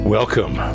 Welcome